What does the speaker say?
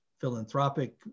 philanthropic